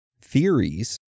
theories